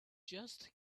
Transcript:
just